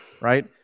right